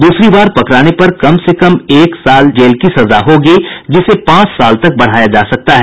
दूसरी बार पकड़ाने पर कम से कम एक साल जेल की सजा होगी जिसे पांच साल तक बढ़ाया जा सकता है